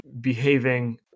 behaving